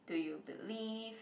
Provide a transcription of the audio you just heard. do you believe